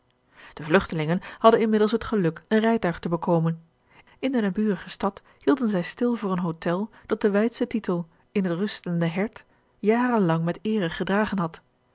de vlugtelingen hadden inmiddels het geluk een rijtuig te bekomen in de naburige stad hielden zij stil voor een hôtel dat den wreidschen titel in het rustende hert jaren lang met eere gedragen had